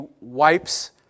wipes